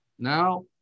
Now